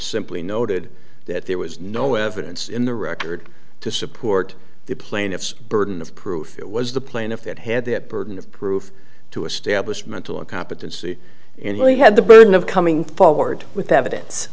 simply noted that there was no evidence in the record to support the plaintiff's burden of proof it was the plaintiff that had that burden of proof to establish mental competency and they had the burden of coming forward with evidence